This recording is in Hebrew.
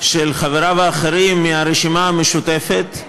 של חבריו האחרים מהרשימה המשותפת,